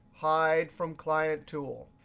hide from client tool.